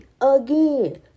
again